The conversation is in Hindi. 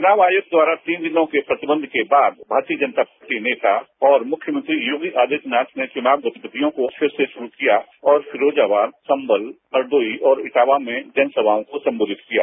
चुनाव आयोग द्वारा तीन दिनों के प्रतिबंधके बाद भारतीय जनता पार्टी नेता और मुख्यमंत्री योगी आदित्यनाथ ने चुनाव गतिविधियोंको फिर से शुरू किया और फिरोजाबाद संभल हरदोई और इटावा में जनसभाओं को संबोधितकिया